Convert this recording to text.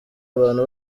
abana